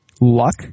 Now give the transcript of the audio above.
luck